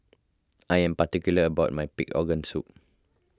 I am particular about my Pig Organ Soup